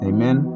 Amen